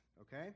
okay